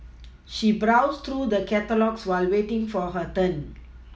she browsed through the catalogues while waiting for her turn